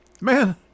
Man